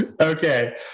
Okay